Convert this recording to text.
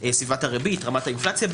יש שקילות בין הריבית השקלית לריבית הצמודה.